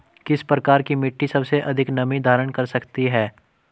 किस प्रकार की मिट्टी सबसे अधिक नमी धारण कर सकती है?